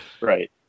Right